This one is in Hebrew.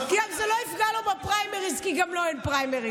זה לא יפגע לו בפריימריז, כי גם לו אין פריימריז.